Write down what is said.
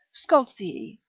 scoltzii,